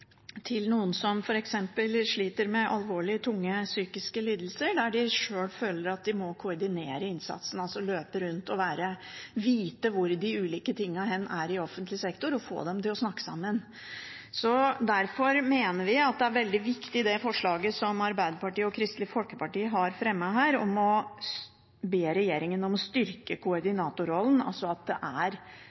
sjøl føler at de må koordinere innsatsen, løpe rundt og vite hvor de ulike tingene er i offentlig sektor og få dem til å snakke sammen. Derfor mener vi at det er veldig viktig, det forslaget som Arbeiderpartiet og Kristelig Folkeparti har fremmet her, om å be regjeringen om å styrke koordinatorrollen, altså at det er